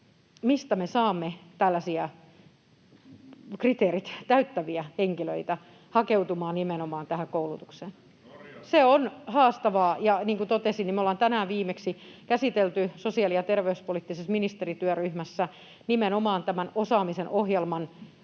mistä me saamme tällaisia kriteerit täyttäviä henkilöitä hakeutumaan nimenomaan tähän koulutukseen. [Perussuomalaisten ryhmästä: Norjasta!] Se on haastavaa, ja niin kuin totesin, me ollaan viimeksi tänään käsitelty sosiaali- ja terveyspoliittisessa ministerityöryhmässä nimenomaan tämän osaamisen ohjelman